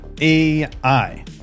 AI